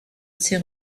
ses